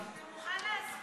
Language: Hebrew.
גם להכניס